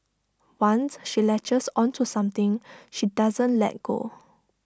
once she latches onto something she doesn't let go